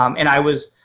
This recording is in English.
um and i was,